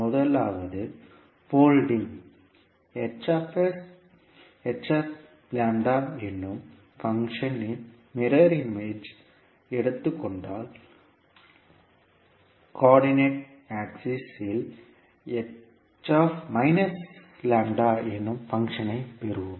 முதல் ஆவது போல்டிங் எனும் பங்க்ஷன் இன் மிரர் இமேஜ் எடுத்துக்கொண்டால் கோஆர்டைநெட் ஆக்சிஸ் இல் எனும் பங்க்ஷன் ஐ பெறுவோம்